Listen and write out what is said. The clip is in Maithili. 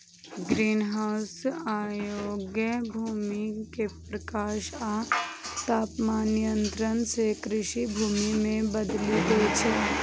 ग्रीनहाउस अयोग्य भूमि कें प्रकाश आ तापमान नियंत्रण सं कृषि भूमि मे बदलि दै छै